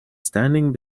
standing